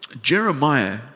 Jeremiah